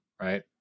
right